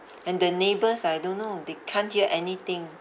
and the neighbours I don't know they can't hear anything